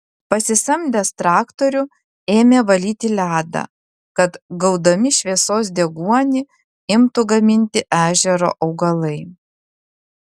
pasisamdęs traktorių ėmė valyti ledą kad gaudami šviesos deguonį imtų gaminti ežero augalai